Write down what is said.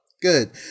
Good